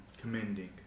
Commending